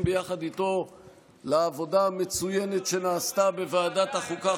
ביחד איתו לעבודה המצוינת שנעשתה בוועדת החוקה,